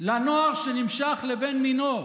לנוער שנמשך לבן מינו,